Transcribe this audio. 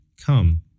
Come